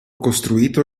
costruito